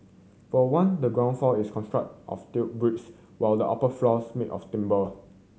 for one the ground floor is construct of tile bricks while the upper floors made of timber